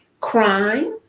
crime